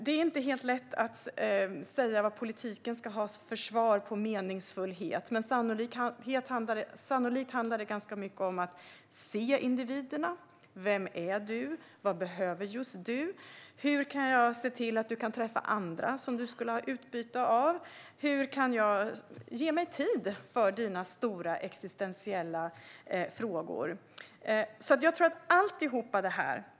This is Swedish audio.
Det är inte helt lätt att säga vad politiken ska ha för svar när det gäller meningsfullhet, men sannolikt handlar det ganska mycket om att se individerna. Vem är du? Vad behöver just du? Hur kan jag se till att du kan träffa andra som du skulle ha utbyte av? Hur kan jag ge mig tid för dina stora, existentiella frågor? Jag tror på allt detta.